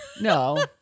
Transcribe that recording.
No